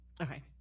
Okay